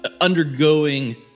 Undergoing